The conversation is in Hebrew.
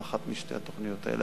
לאחת משתי התוכניות האלה,